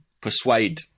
persuade